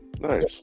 nice